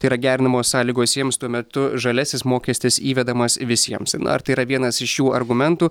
tai yra gerinamos sąlygos jiems tuo metu žaliasis mokestis įvedamas visiems ar tai yra vienas iš jų argumentų